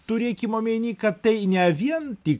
turėkim omeny kad tai ne vien tik